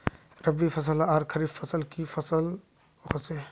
रवि फसल आर खरीफ फसल की फसल होय?